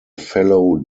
fellow